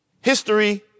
History